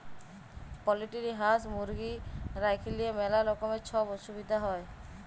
poultry হাঁস, মুরগি রাইখলেই ম্যালা রকমের ছব অসুবিধা হ্যয়